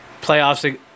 playoffs